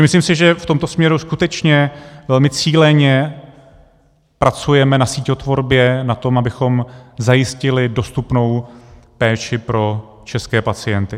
Myslím si, že v tomto směru skutečně velmi cíleně pracujeme na síťotvorbě, na tom, abychom zajistili dostupnou péči pro české pacienty.